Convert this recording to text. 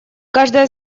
каждая